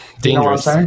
dangerous